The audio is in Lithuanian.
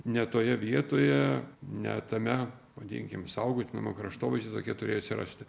ne toje vietoje ne tame vadinkim saugotiname kraštovaizdyje tokie turėjo atsirasti